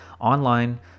online